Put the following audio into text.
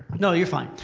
no, you're fine.